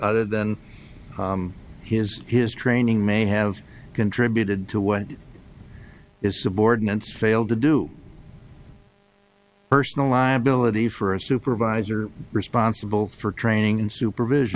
other than his his training may have contributed to what is subordinates failed to do personal liability for a supervisor responsible for training and supervision